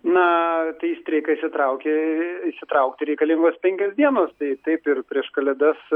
na tai į streiką įsitraukė įsitraukti reikalingos penkios dienos tai taip ir prieš kalėdas